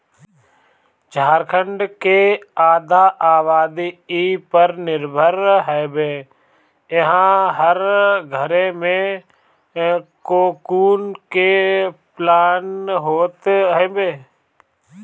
झारखण्ड के आधा आबादी इ पर निर्भर हवे इहां हर घरे में कोकून के पालन होत हवे